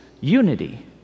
unity